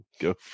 Go